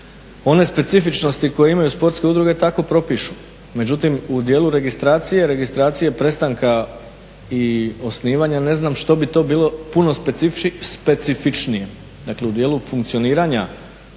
one specifičnosti koje imaju sportske udruge tako propišu. Međutim, u djelu registracije, registracije prestanka i osnivanja, ne znam što bi to bilo puno specifičnije. Dakle, u dijelu funkcioniranja,